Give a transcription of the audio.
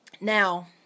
Now